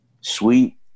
sweet